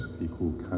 equal